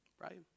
right